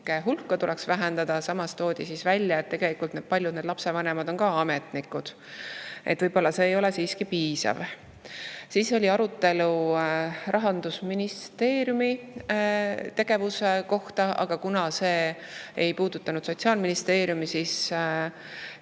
hulka tuleks vähendada. [Irja Lutsar] tõi välja, et tegelikult paljud need lapsevanemad on ka ametnikud, nii et võib-olla see [meede] ei oleks siiski piisav. Veel oli arutelu Rahandusministeeriumi tegevuse üle, aga kuna see ei puudutanud Sotsiaalministeeriumi, siis